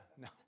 No